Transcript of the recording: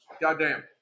Goddamn